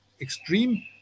extreme